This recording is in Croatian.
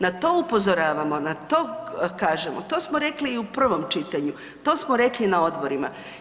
Na to upozoravamo, na to kažemo, to smo rekli i u prvom čitanju, to smo rekli na odborima.